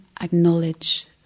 acknowledge